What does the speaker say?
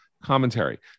commentary